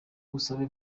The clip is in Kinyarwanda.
busabe